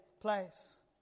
place